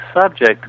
subject